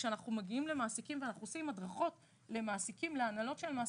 כשאנחנו מגיעים למעסיקים ואנחנו עושים הדרכות להנהלות של המעסיקים,